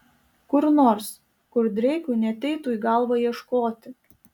kur nors kur dreikui neateitų į galvą ieškoti